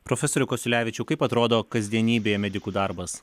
profesoriau kasiulevičiau kaip atrodo kasdienybėje medikų darbas